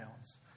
else